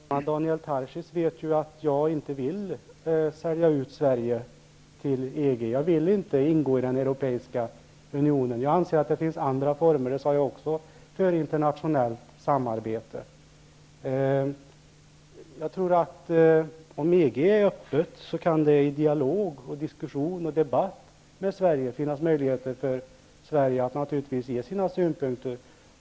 Herr talman! Daniels Tarschys vet att jag inte vill sälja ut Sverige till EG. Jag vill inte ingå i den europeiska unionen. Jag anser att det finns andra former för internaionellt samarbete. Det sade jag också. Om EG är öppet kan det i dialog, diskussion och debatt med Sverige finnas möjligheter för Sverige att ge sina synpunkter.